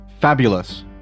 Fabulous